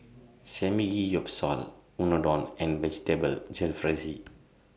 Samgeyopsal Unadon and Vegetable Jalfrezi